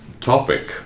topic